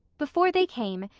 before they came,